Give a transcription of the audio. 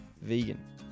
vegan